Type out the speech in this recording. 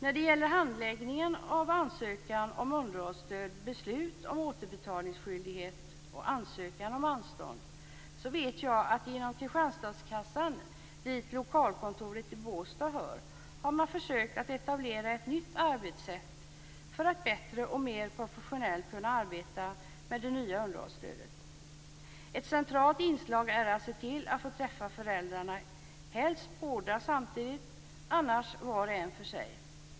När det gäller handläggningen av ansökan om underhållsstöd, beslut om återbetalningsskyldighet och ansökan om anstånd vet jag att inom Kristianstadskassan, dit lokalkontoret i Båstad hör, har man försökt att etablera ett nytt arbetssätt för att bättre och mer professionellt kunna arbeta med det nya underhållsstödet. Ett centralt inslag är att se till att få träffa föräldrarna, helst båda samtidigt men annars var och en för sig.